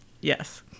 Yes